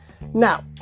Now